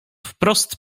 wprost